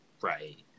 Right